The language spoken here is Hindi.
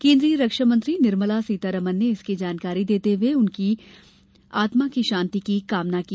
केन्द्रीय रक्षामंत्री निर्मला सीतारमन ने इसकी जानकारी देते हए उनकी आत्मा की शांति की कामना की